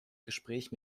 gespräch